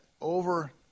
over